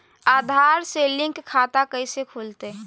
आधार से लिंक खाता कैसे खुलते?